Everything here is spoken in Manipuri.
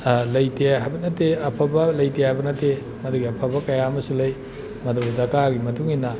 ꯂꯩꯇꯦ ꯍꯥꯏꯕ ꯅꯠꯇꯦ ꯑꯐꯕ ꯂꯩꯇꯦ ꯍꯥꯏꯕ ꯅꯠꯇꯦ ꯃꯗꯨꯒꯤ ꯑꯐꯕ ꯀꯌꯥ ꯑꯃꯁꯨ ꯂꯩ ꯃꯗꯨ ꯗꯔꯀꯥꯔꯒꯤ ꯃꯇꯨꯡ ꯏꯟꯅ